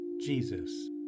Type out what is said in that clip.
Jesus